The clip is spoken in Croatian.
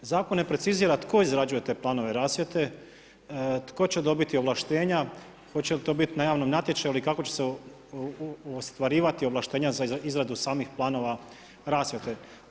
Zakon ne precizira tko izrađuje te planove rasvjete, tko će dobiti ovlaštenja, hoće li to biti na javnom natječaju ili kako će se ostvarivati ovlaštenja za izradu samih planova rasvjete.